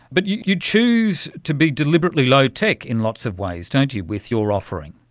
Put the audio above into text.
but you you choose to be deliberately low tech in lots of ways, don't you, with your offering.